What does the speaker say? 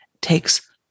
takes